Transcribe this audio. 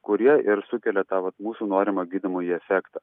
kurie ir sukelia tą vat mūsų norimą gydomąjį efektą